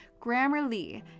Grammarly